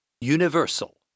universal